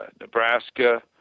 nebraska